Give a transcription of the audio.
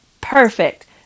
perfect